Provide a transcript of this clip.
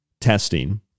testing